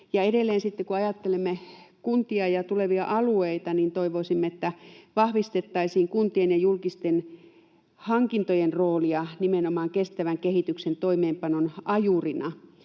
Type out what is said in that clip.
sitten, kun ajattelemme kuntia ja tulevia alueita, toivoisimme, että vahvistettaisiin kuntien ja julkisten hankintojen roolia nimenomaan kestävän kehityksen toimeenpanon ajurina